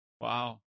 Wow